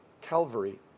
Calvary